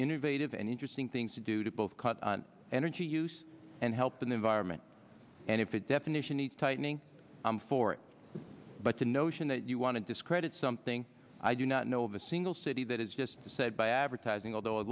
innovative and interesting things to do to both cut energy use and help the environment and if that definition needs tightening i'm for it but the notion that you want to discredit something i do not know of a single city that is just said by advertising although a